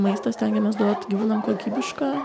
maistą stengiamės duot gyvūnam kokybišką